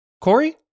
Corey